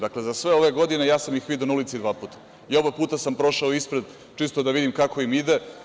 Dakle, za sve ove godine, ja sam ih video na ulici dva puta i oba puta sam prošao ispred, čisto da vidim kako im ide.